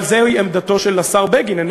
אבל זוהי עמדתו של השר בגין, מה זה ציטוט?